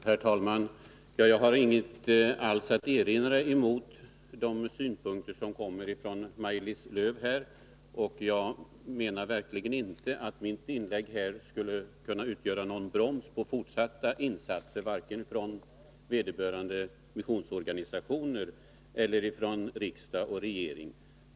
Herr talman! Jag har inget alls att erinra mot de synpunkter som Maj-Lis Lööw här framför. Jag menar verkligen inte att mitt inlägg skulle kunna utgöra någon broms vad gäller fortsatta insatser, varken från vederbörande missionsorganisationer eller från riksdag och regering.